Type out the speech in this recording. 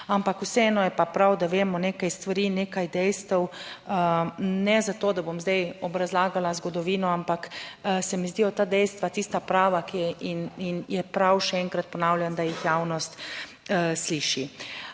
ampak vseeno je pa prav, da vemo nekaj stvari, nekaj dejstev, ne zato da bom zdaj obrazlagala zgodovino, ampak se mi zdijo ta dejstva tista prava in je prav, še enkrat ponavljam, da jih javnost sliši.